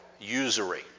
usury